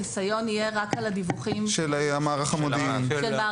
החיסיון יהיה רק על הדיווחים של המערך המודיעיני.